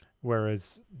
whereas